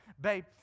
babe